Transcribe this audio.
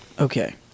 Okay